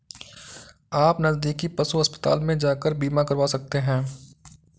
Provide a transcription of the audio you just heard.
आप नज़दीकी पशु अस्पताल में जाकर बीमा करवा सकते है